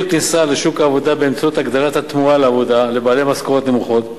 כניסה לשוק העבודה באמצעות הגדלת התמורה לעבודה לבעלי משכורות נמוכות.